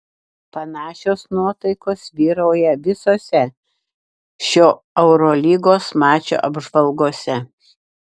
panašios nuotaikos vyrauja visose šio eurolygos mačo apžvalgose